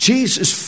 Jesus